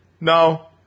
No